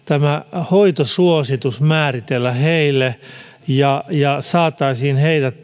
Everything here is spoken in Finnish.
hoitosuositus määritellä heille ja ja saataisiin heidät